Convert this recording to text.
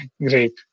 Great